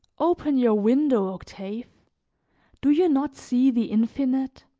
open your window, octave do you not see the infinite?